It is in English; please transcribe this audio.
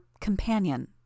companion